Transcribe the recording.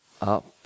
up